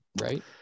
right